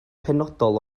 penodol